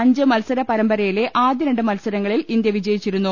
അഞ്ച് മത്സര പരമ്പരയിലെ ആദ്യ രണ്ട് മത്സരങ്ങൾ ഇന്ത്യ വിജയിച്ചിരുന്നു